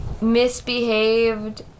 misbehaved